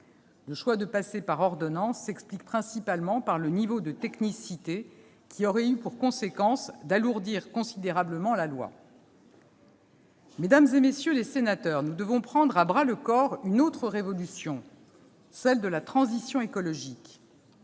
Le choix de passer par ordonnances s'explique principalement par le niveau de technicité, qui aurait eu pour conséquence d'alourdir considérablement la loi. Mesdames, messieurs les sénateurs, nous devons prendre une autre révolution à bras-le-corps, celle de la transition écologique